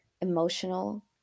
emotional